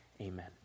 amen